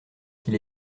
qu’il